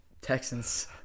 Texans